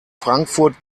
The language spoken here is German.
frankfurt